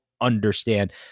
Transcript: understand